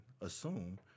assume